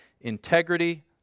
integrity